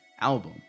album